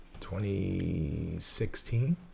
2016